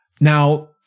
Now